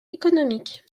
économiques